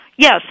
Yes